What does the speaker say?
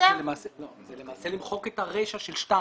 זה למעשה למחוק את הרישה של (2).